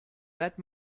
that